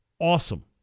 awesome